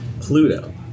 Pluto